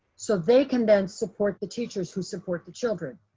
so they can then support the teachers who support the children.